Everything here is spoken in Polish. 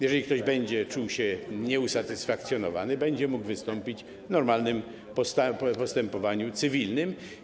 Jeżeli ktoś będzie czuł się nieusatysfakcjonowany, będzie mógł wystąpić w normalnym postępowaniu cywilnym.